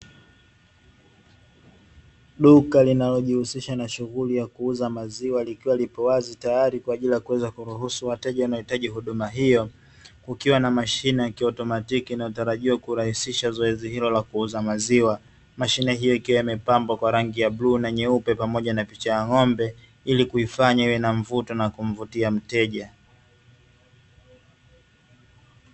Duka linalojihusisha na shughuli ya kuuza maziwa likiwa lipo wazi tayari kwa ajili ya kuruhusu wateja wanaohitaji huduma hiyo, kukiwa na mashine ya kiotomatiki inayotarajiwa kurahisisha zoezi hilo la kuuza maziwa. Mshine hiyo ikiwa imepambwa kwa rangi ya bluu na nyeupe pamoja na picha ya ng’ombe ili kuifanya iwe na mvuto na kumvutia mteja.